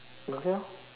okay lor